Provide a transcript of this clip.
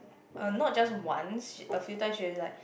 uh not just once a few times she was like